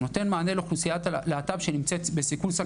הוא נותן מענה לאוכלוסיית הלהט"ב שנמצאת בסיכון.